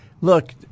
Look